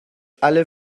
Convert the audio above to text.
alle